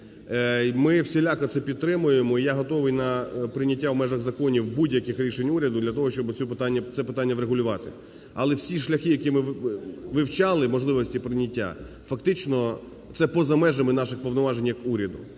Ми всіляко це підтримуємо, і я готовий на прийняття в межах законів будь-яких рішень уряду для того, щоб це питання врегулювати. Але всі шляхи, які ми вивчали, можливості прийняття, фактично це поза межами наших повноважень як уряду.